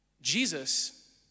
Jesus